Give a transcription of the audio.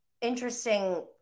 interesting